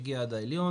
הגיע עד העליון,